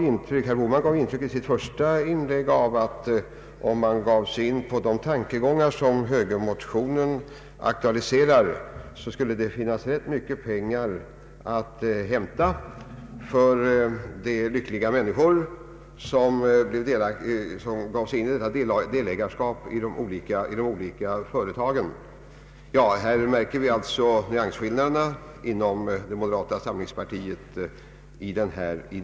Herr Bohman gav i sitt första inlägg intrycket av att om man gick in på de tankegångar som högermotionen aktualiserar, skulle det finnas rätt mycket pengar att hämta för de lyckliga människor som gav sig in i detta delägarskap i de olika företagen. Här märker vi alltså nyansskillnaderna inom moderata samlingspartiet i denna fråga.